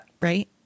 Right